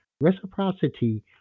Reciprocity